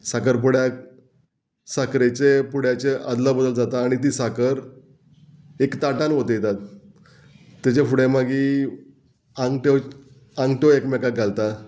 साकर पुड्याक साकरेचे पुड्याचे आदलो बदल जाता आनी ती साकर एक ताटान वतयतात तेज्या फुडें मागीर आंगट्यो आंगठ्यो एकमेकाक घालता